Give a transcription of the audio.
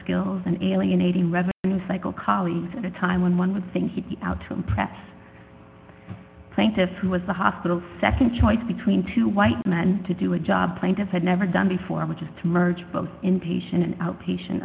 skills and alienating rather recycle colleagues at a time when one would think he'd be out to impress the plaintiffs who was the hospital nd choice between two white men to do a job plaintiff had never done before which is to merge both inpatient and outpatient